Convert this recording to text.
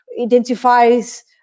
identifies